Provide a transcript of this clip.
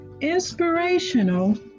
inspirational